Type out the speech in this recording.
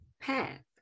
path